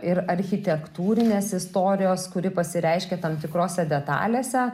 ir architektūrinės istorijos kuri pasireiškia tam tikrose detalėse